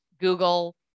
Google